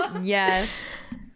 Yes